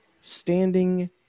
standing